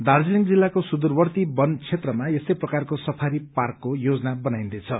दार्जीलिङ जिल्लाको सुदूरवर्ती वन क्षेत्रमा यस्तै प्रकारको सफारी पार्कको योजना बनाइन्दैछ